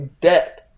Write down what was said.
Dead